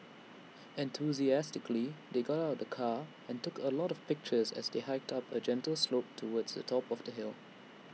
enthusiastically they got out of the car and took A lot of pictures as they hiked up A gentle slope towards the top of the hill